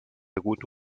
hagut